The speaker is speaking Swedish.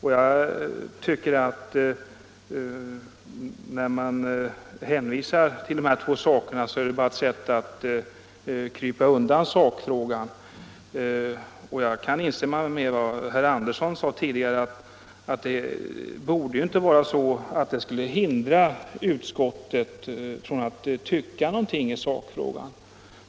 Att hänvisa till de här två sakerna tycker jag bara är ett sätt att krypa undan sakfrågan. Jag kan instämma i vad herr Andersson i Örebro sade tidigare, nämligen att försäkringsdomstolens beslut inte borde hindra utskottet från att tycka någonting i sakfrågan.